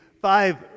five